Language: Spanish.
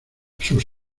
sus